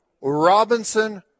Robinson